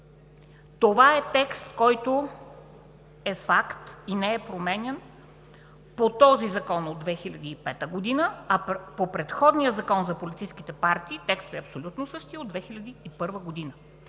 Това е текст, който е факт и не е променян по този закон от 2005 г., а по предходния Закон за политическите партии текстът е абсолютно същият от 2001 г.